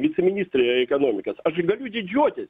viceministrė ekonomikos aš galiu didžiuotis